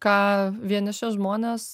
ką vieniši žmonės